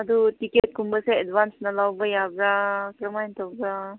ꯑꯗꯣ ꯇꯤꯛꯀꯦꯠꯀꯨꯝꯕꯁꯦ ꯑꯦꯚꯟꯁꯅ ꯂꯧꯕ ꯌꯥꯕ꯭ꯔꯥ ꯀꯃꯥꯏꯅ ꯇꯧꯕ꯭ꯔꯥ